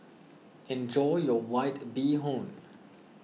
enjoy your White Bee Hoon